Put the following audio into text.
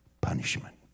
punishment